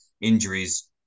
injuries